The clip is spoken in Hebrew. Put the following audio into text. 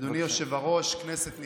אדוני היושב-ראש, כנסת נכבדה,